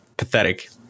Pathetic